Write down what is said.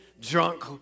drunk